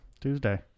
Tuesday